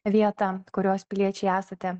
vietą kurios piliečiai esate